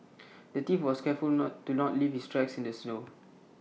the thief was careful not to not leave his tracks in the snow